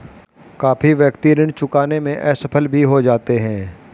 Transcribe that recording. काफी व्यक्ति ऋण चुकाने में असफल भी हो जाते हैं